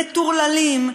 מטורללים,